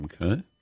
Okay